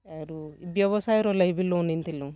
ଆରୁ ଏ ବ୍ୟବସାୟର ଲାଗି ବି ଲୋନ୍ ଆନ୍ଥିଲୁ